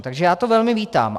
Takže já to velmi vítám.